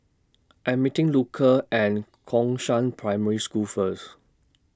I'm meeting Luka and Gongshang Primary School First